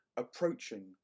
approaching